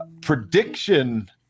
prediction